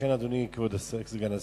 לכן, אדוני, כבוד סגן השר,